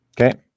okay